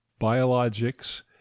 biologics